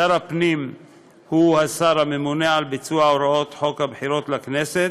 שר הפנים הוא השר הממונה על ביצוע הוראות חוק הבחירות לכנסת,